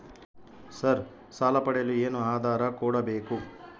Sir ಸಾಲ ಪಡೆಯಲು ಏನು ಆಧಾರ ಕೋಡಬೇಕು?